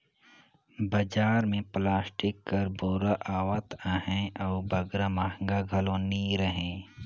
बजार मे पलास्टिक कर बोरा आवत अहे अउ बगरा महगा घलो नी रहें